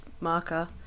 marker